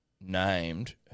named